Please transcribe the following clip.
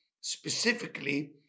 specifically